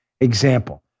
example